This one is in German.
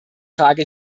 frage